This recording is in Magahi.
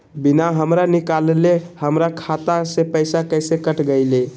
बिना हमरा निकालले, हमर खाता से पैसा कैसे कट गेलई?